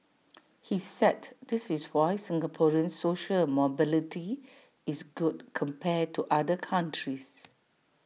he said this is why Singaporean social A mobility is good compared to other countries